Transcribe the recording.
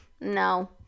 No